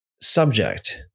subject